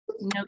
no